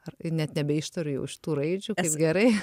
ar net nebeištariu jau šitų raidžių gerai